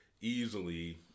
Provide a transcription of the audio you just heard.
easily